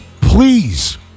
Please